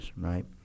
right